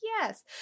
Yes